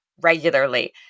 regularly